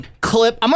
clip